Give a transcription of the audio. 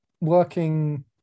working